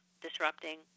disrupting